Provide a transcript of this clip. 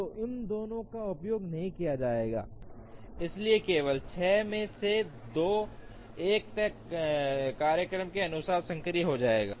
तो इन दोनों का उपयोग नहीं किया जाएगा इसलिए केवल 6 में से 2 एक तय कार्यक्रम के अनुसार सक्रिय हो जाएंगे